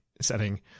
setting